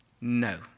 No